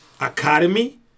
academy